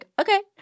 okay